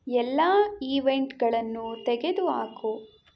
ಎಲ್ಲ ಇವೆಂಟ್ಗಳನ್ನು ತೆಗೆದುಹಾಕು